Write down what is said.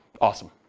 Awesome